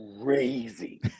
crazy